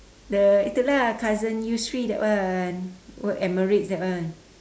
the itu lah cousin yusri that one work emirates that one